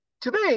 today